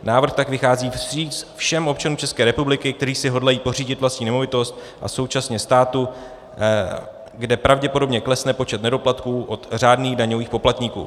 Návrh tak vychází vstříc všem občanům České republiky, kteří si hodlají pořídit vlastní nemovitost, a současně státu, kde pravděpodobně klesne počet nedoplatků od řádných daňových poplatníků.